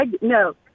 No